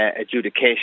adjudication